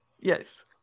Yes